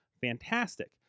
Fantastic